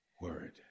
word